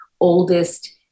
oldest